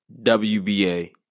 WBA